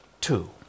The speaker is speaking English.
Two